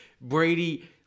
Brady